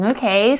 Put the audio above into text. Okay